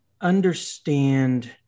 understand